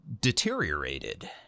deteriorated